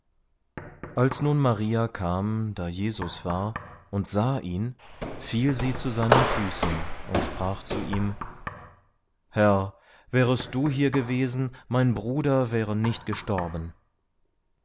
als nun maria kam da jesus war und sah ihn fiel sie zu seinen füßen und sprach zu ihm herr wärest du hier gewesen mein bruder wäre nicht gestorben